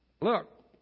Look